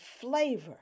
flavor